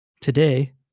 Today